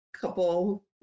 couple